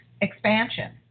expansion